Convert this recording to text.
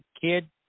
kid